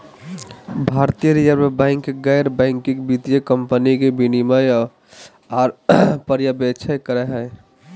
भारतीय reserve bank गैर banking वित्तीय कम्पनी के विनियमन आर पर्यवेक्षण करो हय